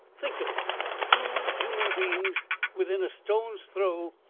think of it two human beings within a stone's throw,